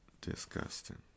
disgusting